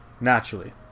naturally